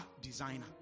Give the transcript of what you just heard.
designer